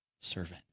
servant